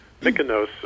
mykonos